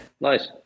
nice